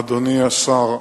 אדוני השר,